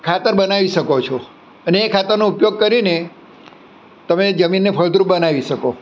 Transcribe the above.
ખાતર બનાવી શકો છો અને એ ખાતરનો ઉપયોગ કરીને તમે જમીનને ફળદ્રુપ બનાવી શકો